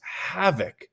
havoc